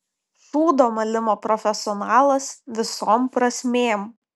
šūdo malimo profesionalas visom prasmėm